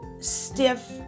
stiff